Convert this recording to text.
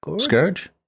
Scourge